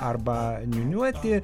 arba niūniuoti